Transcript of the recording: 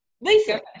lisa